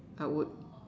I would